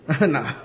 no